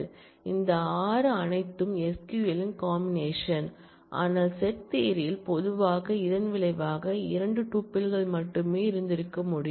எனவே இந்த 6 அனைத்தும் SQL இன் காமினேஷன் ஆனால் செட் தியரி ல் பொதுவாக இதன் விளைவாக இந்த 2 டுபில்கள் மட்டுமே இருந்திருக்க வேண்டும்